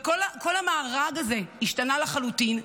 וכל המארג הזה השתנה לחלוטין,